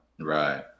Right